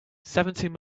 seventeen